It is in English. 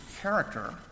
character